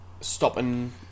stopping